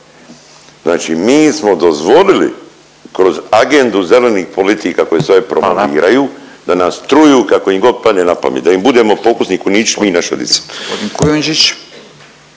Znači mi smo dozvolili kroz agendu zelenih politika koje … …/Upadica Furio Radin: Hvala./… … ovde promoviraju da nas truju kako im god padne na pamet, da im budemo pokusni kunići mi i naša djeca.